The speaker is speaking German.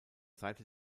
seite